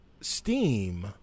Steam